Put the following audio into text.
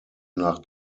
nach